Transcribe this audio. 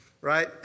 right